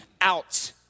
out